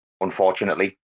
unfortunately